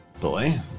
boy